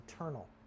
eternal